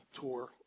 tour